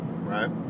right